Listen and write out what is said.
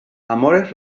amores